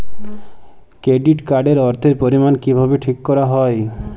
Credit card এর অর্থের পরিমান কিভাবে ঠিক করা হয়?